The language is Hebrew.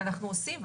אנחנו עושים,